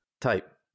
Type